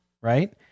right